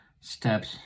steps